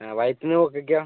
ആ വയറ്റിൽ നിന്ന് പോക്കൊക്കെയോ